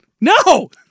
no